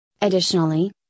Additionally